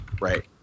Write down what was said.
right